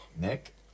Nick